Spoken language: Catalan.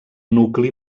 nucli